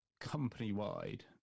company-wide